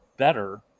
better